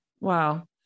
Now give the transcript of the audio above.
Wow